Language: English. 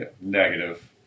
Negative